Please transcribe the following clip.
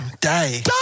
Day